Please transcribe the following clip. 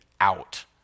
out